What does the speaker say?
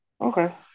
Okay